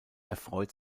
erfreut